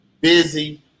busy